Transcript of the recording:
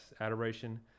adoration